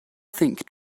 think